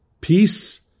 peace